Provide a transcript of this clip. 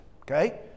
okay